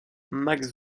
max